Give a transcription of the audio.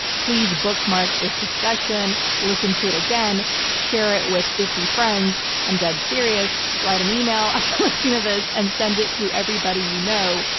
please bookmark this discussion, listen to it again, share it with fifty friends. i'm dead serious. write an email after listening to this and send it to everybody you know,